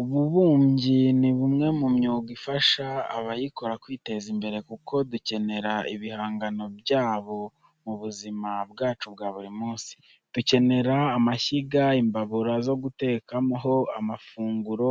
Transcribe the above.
Ububumbyi ni umwe mu myuga ifasha abayikora kwiteza imbere, kuko dukenera ibihangano byabo mu buzima bwacu bwa buri munsi. Dukenera amashyiga, imbabura zo gutekaho amafunguro,